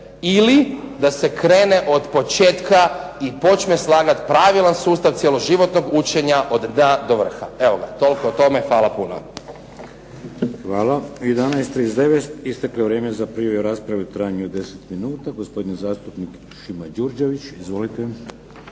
ili da se krene od početka i počne slagati pravilan sustav cjeloživotnog učenja od dna do vrha. Evo ga, toliko o tome. Hvala puno. **Šeks, Vladimir (HDZ)** Hvala. U 11 i 39 isteklo je vrijeme za prijavu rasprave u trajanju od 10 minuta. Gospodin zastupnik Šimo Đurđević. Izvolite.